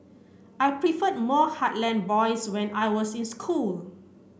I preferred more heartland boys when I was in school